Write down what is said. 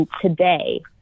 today